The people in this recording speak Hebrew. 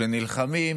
שנלחמים,